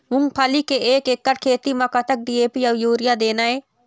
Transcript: मूंगफली के एक एकड़ खेती म कतक डी.ए.पी अउ यूरिया देना ये?